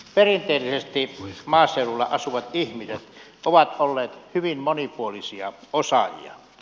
perinteisesti maaseudulla asuvat ihmiset ovat olleet hyvin monipuolisia osaajia